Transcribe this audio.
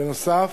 בנוסף,